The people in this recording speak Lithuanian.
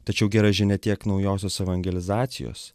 tačiau gera žinia tiek naujosios evangelizacijos